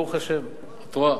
ברוך השם, את רואה.